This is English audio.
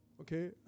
okay